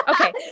Okay